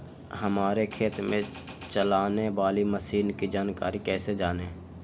हमारे खेत में चलाने वाली मशीन की जानकारी कैसे जाने?